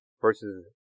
versus